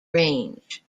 range